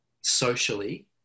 Socially